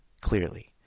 Clearly